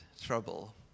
trouble